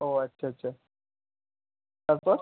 ও আচ্ছা আচ্ছা তারপর